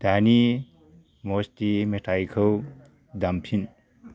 दानि मस्ति मेथायखौ दामफिन